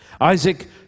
Isaac